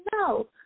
No